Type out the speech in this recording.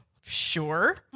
sure